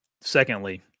secondly